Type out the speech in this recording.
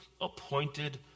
appointed